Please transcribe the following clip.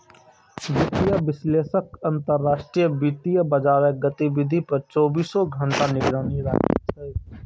वित्तीय विश्लेषक अंतरराष्ट्रीय वित्तीय बाजारक गतिविधि पर चौबीसों घंटा निगरानी राखै छै